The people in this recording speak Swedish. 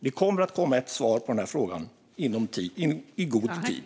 Det kommer att komma ett svar på den här frågan i god tid.